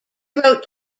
wrote